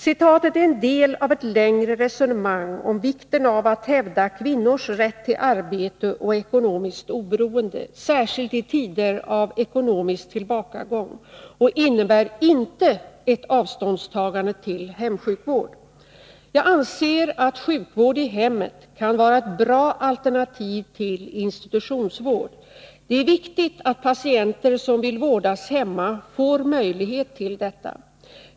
Citatet är en del av ett längre resonemang om vikten av att hävda kvinnors rätt till arbete och ekonomiskt oberoende, särskilt i tider av ekonomisk tillbakagång, och innebär inte ett avståndstagande till hemsjukvård. Jag anser att sjukvård i hemmet kan vara ett bra alternativ till institutionsvård. Det är viktigt att patienter som vill vårdas hemma får möjlighet till detta.